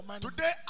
Today